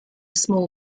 small